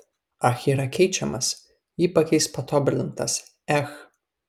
ach yra keičiamas jį pakeis patobulintas ech